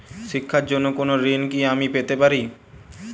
শিক্ষার জন্য কোনো ঋণ কি আমি পেতে পারি?